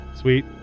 Sweet